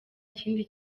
kindi